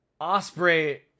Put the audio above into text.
Osprey